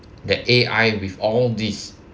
that A_I with all this